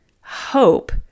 hope